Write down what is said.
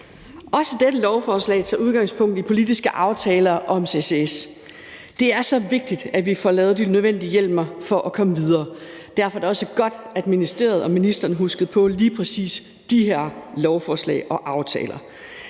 Også dette lovforslag tager udgangspunkt i politiske aftaler om CCS. Det er så vigtigt, at vi får lavet de nødvendige hjemler for at komme videre; derfor er det også godt, at ministeriet og ministeren huskede på lige præcis de her lovforslag og aftaler.